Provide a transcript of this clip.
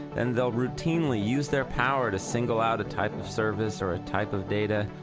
then they'll routinely use their power to single out a type of service or a type of data.